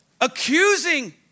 accusing